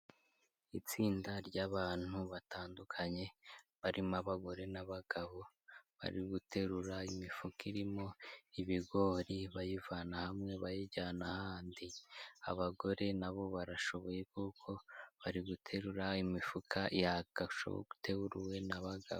Itsinda ry'abantu batandukanye, barimo abagore n'abagabo, bari guterura imifuka irimo ibigori bayivana hamwe bayijyana ahandi, abagore na bo barashoboye kuko bari guterura imifuka ya gateruwe n'abagabo.